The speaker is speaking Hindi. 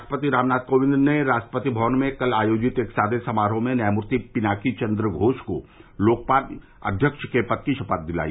राष्ट्रपति रामनाथ कोविंद ने राष्ट्रपति भवन में कल आयोजित एक सादे समारोह में न्यायमूर्ति पिनाकी चंद्र घोष को लोकपाल अध्यक्ष के पद की शपथ दिलाई